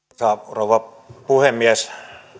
rouva puhemies